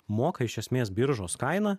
moka iš esmės biržos kainą